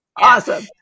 awesome